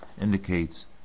indicates